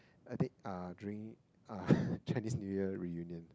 headache uh drink uh Chinese-New-Year reunion